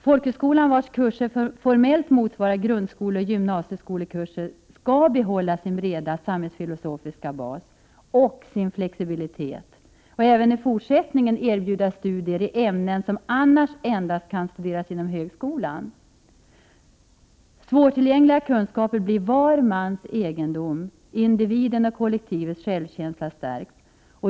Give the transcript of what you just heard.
Folkhögskolan, vars kurser formellt motsvarar grundskolans och gymnasieskolans kurser, skall behålla sin breda samhällsfilosofiska bas och sin flexibilitet och även i fortsättningen erbjuda studier i ämnen som annars endast kan studeras inom högskolan. Svårtillgänglig kunskap blir var mans egendom. Individens och kollektivets självkänsla stärks.